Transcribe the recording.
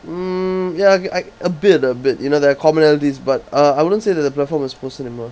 um ya I I a bit a bit you know there are commonalities but ah I wouldn't say that the platform is post cinema